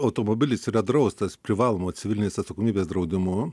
automobilis yra draustas privalomuoju civilinės atsakomybės draudimu